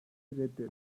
reddetti